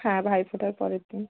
হ্যাঁ ভাইফোঁটার পরের দিন